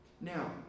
Now